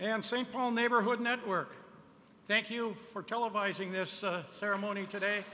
an st paul neighborhood network thank you for televising this ceremony today